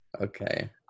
Okay